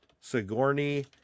Sigourney